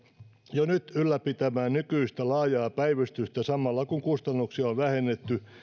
jo nyt ylläpitämään nykyistä laajaa päivystystä samalla kun kustannuksia on vähennetty